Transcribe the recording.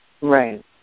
Right